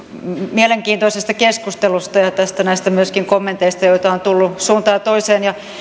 mielenkiintoisesta keskustelusta ja myöskin näistä kommenteista joita on tullut suuntaan ja toiseen ja